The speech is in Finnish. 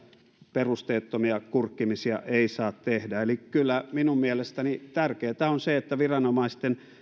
perusteettomia kurkkimisia ei saa tehdä eli kyllä minun mielestäni tärkeätä on se että viranomaisten